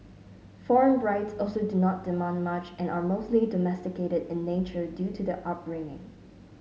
foreign brides also do not demand much and are mostly domesticated in nature due to their upbringing